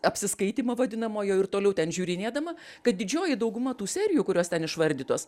apsiskaitymo vadinamojo ir toliau ten žiūrinėdama kad didžioji dauguma tų serijų kurios ten išvardytos